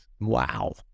Wow